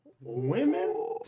Women